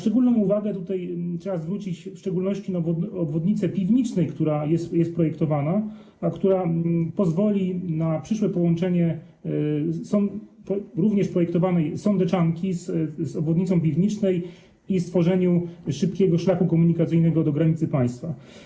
Tutaj trzeba zwrócić w szczególności uwagę na obwodnicę Piwnicznej, która jest projektowana, a która pozwoli na przyszłe połączenie również projektowanej sądeczanki z obwodnicą Piwnicznej i stworzenie szybkiego szlaku komunikacyjnego do granicy państwa.